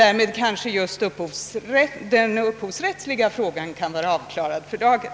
Därmed kanske den upphovsrättsliga frågan kan vara avklarad för dagen.